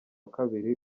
kabiri